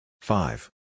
Five